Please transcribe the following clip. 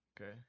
Okay